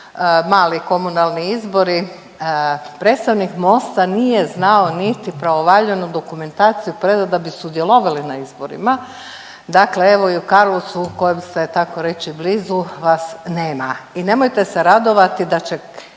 mali komunalni izbori. Predstavnik MOST-a nije znao niti pravovaljanu dokumentaciju predat da bi sudjelovali na izborima. Dakle, evo i u Karlovcu kojem ste tako reći blizu vas nema. I nemojte se radovati da će